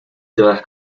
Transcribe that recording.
todas